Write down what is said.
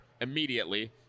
immediately